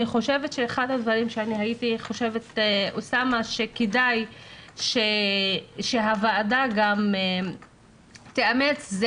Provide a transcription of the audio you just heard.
אחד הדברים שהייתי חושבת שכדאי שהוועדה תאמץ זה